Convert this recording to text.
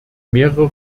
mehrere